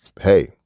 hey